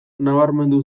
nabarmendu